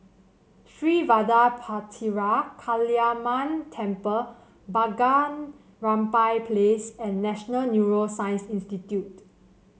Sri Vadapathira Kaliamman Temple Bunga Rampai Place and National Neuroscience Institute